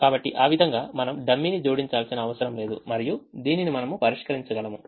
కాబట్టి ఆ విధంగా మనం డమ్మీని జోడించాల్సిన అవసరం లేదు మరియు దీనిని మనము పరిష్కరించగలము